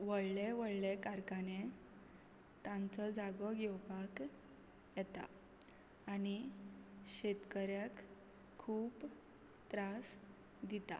व्हडले व्हडले कारखाने तांचो जागो घेवपाक येता आनी शेतकऱ्याक खूब त्रास दिता